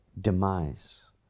Demise